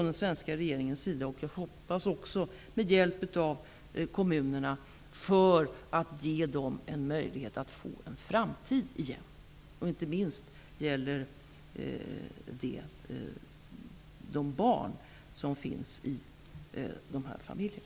Den svenska regeringen och, hoppas jag, kommunerna gör så gott vi kan för att ge dem en möjlighet att få en framtid igen. Inte minst gäller det de barn som finns i den här gruppen.